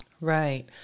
Right